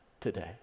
today